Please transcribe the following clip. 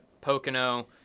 Pocono